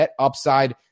GetUpside